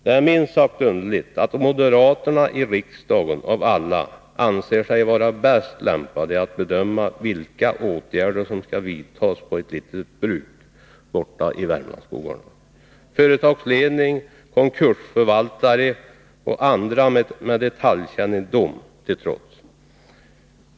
Det är minst sagt underligt att moderaterna av alla i riksdagen anser sig vara bäst lämpade att bedöma vilka åtgärder som skall vidtas på ett litet bruk borta i Värmlandsskogarna — uttalandena från företagsledning, konkursförvaltare och andra med detaljkännedom till trots.